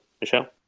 michelle